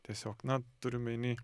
tiesiog na turiu omeny